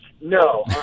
no